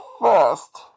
first